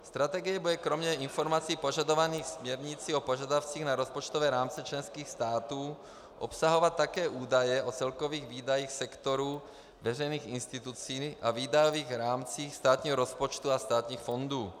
Strategie bude kromě informací požadovaných směrnicí o požadavcích na rozpočtové rámce členských států obsahovat také údaje o celkových výdajích sektoru veřejných institucí a výdajových rámcích státního rozpočtu a státních fondů.